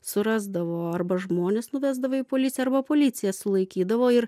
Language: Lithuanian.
surasdavo arba žmonės nuvesdavo į policiją arba policija sulaikydavo ir